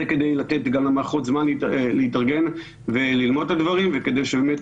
וזה כדי לאפשר לתת למערכות זמן להתארגן וללמוד את הדברים וכדי שבאמת